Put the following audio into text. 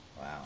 Wow